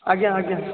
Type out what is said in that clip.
ଆଜ୍ଞା ଆଜ୍ଞା